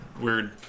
weird